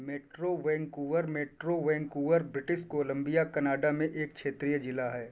metro Vancouver Metro Vancouver British Columbia Canada में एक क्षेत्रीय ज़िला है